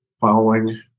following